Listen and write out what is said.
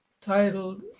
titled